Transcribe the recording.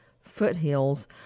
foothills